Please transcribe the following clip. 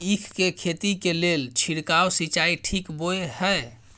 ईख के खेती के लेल छिरकाव सिंचाई ठीक बोय ह?